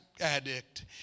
addict